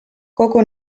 kogu